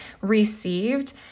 received